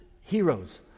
heroes